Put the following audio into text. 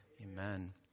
Amen